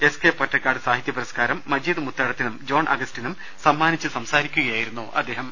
S K Pottekkatt സാഹിത്യപുരസ്കാരം മജീദ് മുത്തേടത്തിനും John അഗസ്റ്റിനും സമ്മാനിച്ച് സംസാരിക്കുകയായിരുന്നു അദ്ദേഹം